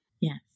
Yes